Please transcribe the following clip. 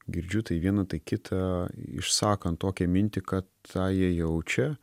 girdžiu tai viena tai kita išsakant tokią mintį kad tą jie jaučia